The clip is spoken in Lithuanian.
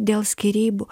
dėl skyrybų